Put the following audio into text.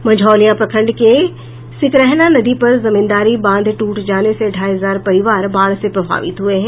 मंझौलिया प्रखंड में सिकरहना नदी पर जमींदारी बांध ट्रट जाने से ढ़ाई हजार परिवार बाढ़ से प्रभावित हुए हैं